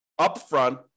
upfront